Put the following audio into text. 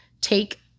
take